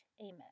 Amen